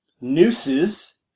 nooses